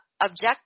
object